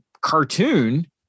cartoon